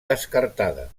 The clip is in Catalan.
descartada